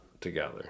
together